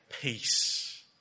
peace